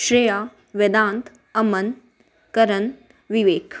Shreya Vedant Aman Karna Vivek